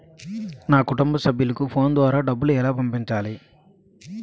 నా కుటుంబ సభ్యులకు ఫోన్ ద్వారా డబ్బులు ఎలా పంపించాలి?